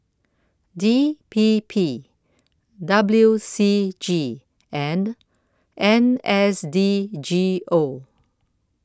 D P P W C G and N S D G O